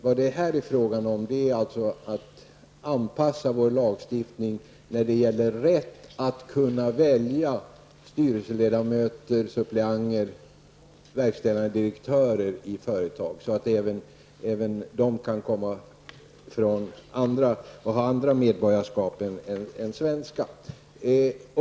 Här är det fråga om att anpassa vår lagstiftning när det gäller rätten att välja styrelsemedlemmar, suppleanter och verkställande direktörer i företag så att de även kan ha andra medborgarskap än svenskt.